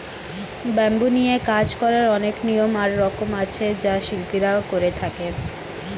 bamboo নিয়ে কাজ করার অনেক নিয়ম আর রকম আছে যা শিল্পীরা করে থাকে